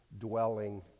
dwelling